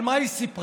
אבל מה היא סיפרה?